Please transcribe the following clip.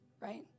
right